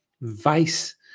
vice